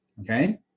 Okay